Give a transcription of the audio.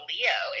Leo